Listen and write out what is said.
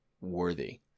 worthy